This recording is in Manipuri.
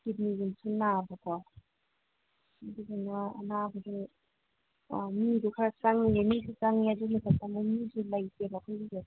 ꯀꯤꯗꯅꯤꯗꯁꯨ ꯅꯥꯕꯀꯣ ꯑꯗꯨꯗꯨꯅ ꯑꯅꯥꯕꯁꯦ ꯃꯤꯁꯨ ꯈꯔ ꯆꯪꯉꯦ ꯃꯤꯁꯨ ꯆꯪꯉꯦ ꯑꯗꯨꯒꯤ ꯃꯊꯛꯇ ꯑꯃꯨꯛ ꯃꯤꯁꯦ ꯂꯩꯇꯦꯕ ꯑꯩꯈꯣꯏꯒꯤꯁꯦ